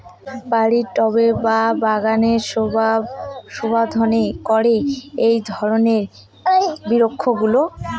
বাড়ির টবে বা বাগানের শোভাবর্ধন করে এই ধরণের বিরুৎগুলো